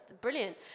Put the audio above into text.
brilliant